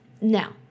now